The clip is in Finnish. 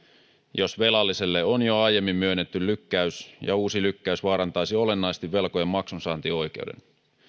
jos velalliselle on jo aiemmin myönnetty lykkäys ja uusi lykkäys vaarantaisi olennaisesti velkojan maksunsaantioikeuden